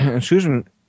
Susan